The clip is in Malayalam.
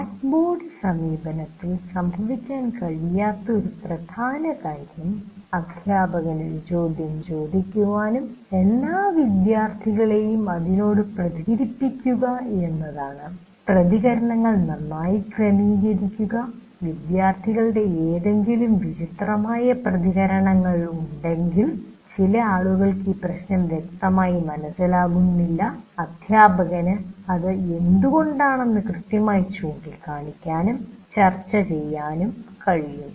ബ്ലാക്ക്ബോർഡ് സമീപനത്തിൽ സംഭവിക്കാൻ കഴിയാത്ത ഒരു പ്രധാനകാര്യം അധ്യാപകന് ഒരു ചോദ്യം ചോദിക്കാനും എല്ലാ വിദ്യാർത്ഥികളെയും അതിനോട് പ്രതികരിപ്പിക്കുക എന്നതാണ് പ്രതികരണങ്ങൾ നന്നായി ക്രമീകരിക്കുക വിദ്യാർത്ഥികളുടെ എന്തെങ്കിലും വിചിത്രമായ പ്രതികരണങ്ങൾ ഉണ്ടെങ്കിൽ ചില ആളുകൾക്ക് ഈ പ്രശ്നം വ്യക്തമായി മനസ്സിലാകുന്നില്ല അധ്യാപകന് അത് എന്തുകൊണ്ടാണെന്ന് കൃത്യമായി ചൂണ്ടിക്കാണിക്കാനും ചർച്ച ചെയ്യാനും കഴിയും